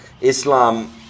Islam